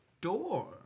door